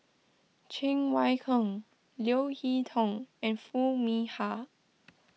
Cheng Wai Keung Leo Hee Tong and Foo Mee Har